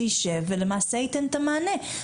שיישב ולמעשה ייתן את המענה.